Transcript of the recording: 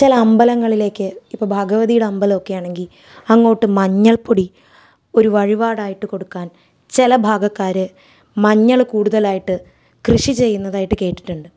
ചില അമ്പലങ്ങളിലേക്ക് ഇപ്പം ഭഗവതിയുടെ അമ്പലമൊക്കെയാണെങ്കിൽ അങ്ങോട്ട് മഞ്ഞൾപ്പൊടി ഒരു വഴിപാടായിട്ട് കൊടുക്കാൻ ചില ഭാഗക്കാര് മഞ്ഞള് കൂടുതലായിട്ട് കൃഷി ചെയ്യുന്നതായിട്ട് കേട്ടിട്ടുണ്ട്